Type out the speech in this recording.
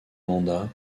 mandat